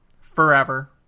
forever